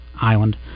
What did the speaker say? Island